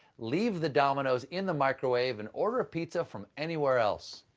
leave the domino's in the microwave and order pizza from anywhere else.